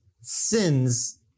sins